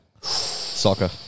Soccer